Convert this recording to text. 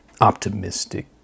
optimistic